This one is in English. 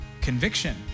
Conviction